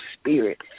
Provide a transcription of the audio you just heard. spirit